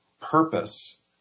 purpose